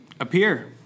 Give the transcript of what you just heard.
appear